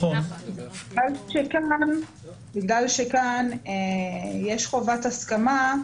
בגלל שכאן יש חובת הסכמה,